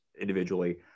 individually